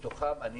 מתוכם,